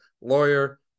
lawyer